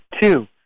Two